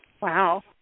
Wow